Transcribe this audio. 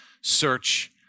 search